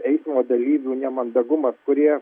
eismo dalyvių nemandagumas kurie